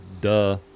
Duh